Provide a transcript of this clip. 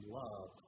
love